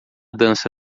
dança